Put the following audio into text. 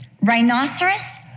Rhinoceros